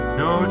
no